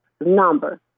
number